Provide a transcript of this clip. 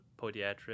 Podiatric